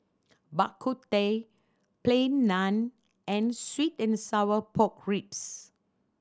Bak Kut Teh Plain Naan and sweet and sour pork ribs